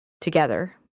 together